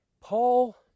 Paul